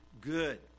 Good